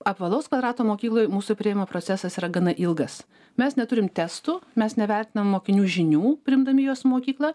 apvalaus kvadrato mokykloj mūsų priėmimo procesas yra gana ilgas mes neturim testų mes nevertinam mokinių žinių priimdami juos į mokyklą